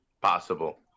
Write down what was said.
Possible